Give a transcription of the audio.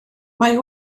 mae